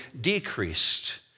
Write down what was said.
decreased